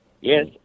Yes